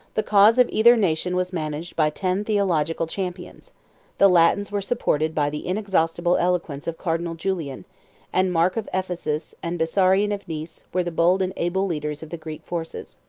the cause of either nation was managed by ten theological champions the latins were supported by the inexhaustible eloquence of cardinal julian and mark of ephesus and bessarion of nice were the bold and able leaders of the greek forces.